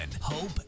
hope